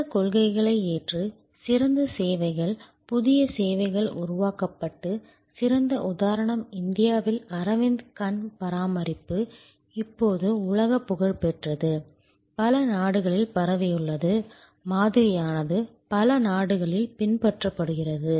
இந்த கொள்கைகளை ஏற்று சிறந்த சேவைகள் புதிய சேவைகள் உருவாக்கப்பட்டு சிறந்த உதாரணம் இந்தியாவில் அரவிந்த் கண் பராமரிப்பு இப்போது உலகப் புகழ்பெற்றது பல நாடுகளில் பரவியுள்ளது மாதிரியானது பல நாடுகளில் பின்பற்றப்படுகிறது